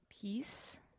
peace